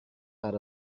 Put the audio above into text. out